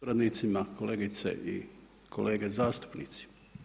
suradnicima, kolegice i kolege zastupnici.